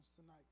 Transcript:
tonight